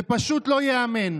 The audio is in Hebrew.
זה פשוט לא ייאמן.